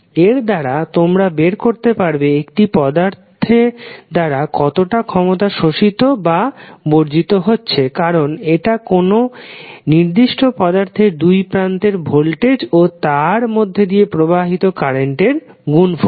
তো এরা দ্বারা তোমরা বের করতে পারবে একটি পদার্থ দ্বারা কতটা ক্ষমতা শোষিত বা বর্জিত হচ্ছে কারণ এটা কোন নির্দিষ্ট পদার্থের দুই প্রান্তের ভোল্টেজ ও তার মধ্যে দিয়ে প্রবাহিত কারেন্ট এর গুনফল